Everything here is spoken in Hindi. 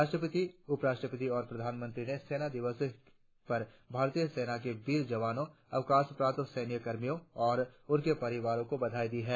राष्ट्रपति उपराष्ट्रपति और प्रधानमंत्री ने सेना दिवस पर भारतीय सेन के वीर जवानों अवकाश प्राप्त सैन्यकर्मियों और उनके परिवारों को बधाई दी है